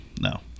no